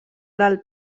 del